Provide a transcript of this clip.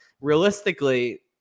realistically